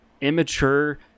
immature